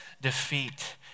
defeat